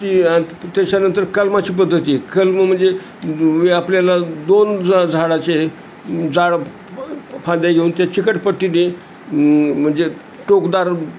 ती आ त्याच्यानंतर कलमाची पद्धती कलम म्हणजे आपल्याला दोन झाडाचे जाड फाद्या घेऊन ते चिकटपट्टीने म्हणजे टोकदार